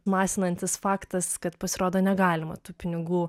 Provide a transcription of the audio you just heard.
masinantis faktas kad pasirodo negalima tų pinigų